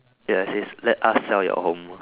yes yes let us sell your home